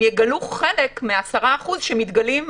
הם יגלו חלק מ-10% שמתגלים,